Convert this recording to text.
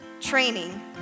training